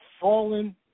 Fallen